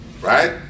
right